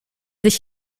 sich